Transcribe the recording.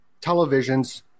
televisions